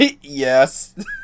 yes